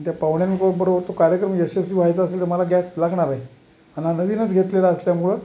त्या पाहुण्यांबरोबर कार्यक्रम यशस्वी व्हायचां असेल तर मला गॅस लागणार आहे अन हा नवीनच घेतलेला असल्यामुळं